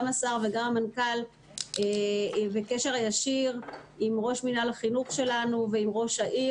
גם השר וגם המנכ"ל בקשר ישיר עם ראש מינהל החינוך שלנו ועם ראש העיר.